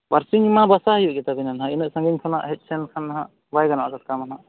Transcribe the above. ᱵᱟᱨᱥᱤᱧ ᱢᱟ ᱵᱟᱥᱟ ᱦᱩᱭᱩᱜᱜᱮ ᱛᱟᱵᱮᱱᱟ ᱱᱟᱦᱟᱜ ᱩᱱᱟᱹᱜ ᱥᱟᱺᱜᱤᱧ ᱠᱷᱚᱱᱟᱜ ᱦᱮᱡᱼᱥᱮᱱ ᱠᱷᱟᱱᱫᱚ ᱱᱟᱦᱟᱜ ᱵᱟᱭ ᱜᱟᱱᱚᱜᱼᱟ